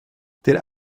der